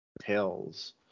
tales